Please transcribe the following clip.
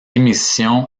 émission